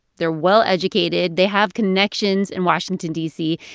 they're well-educated. they have connections in washington, d c.